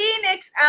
phoenix